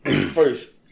first